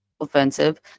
Offensive